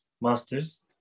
Masters